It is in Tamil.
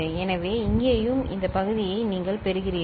எனவே இங்கேயும் இந்த பகுதியை நீங்கள் பெறுகிறீர்கள்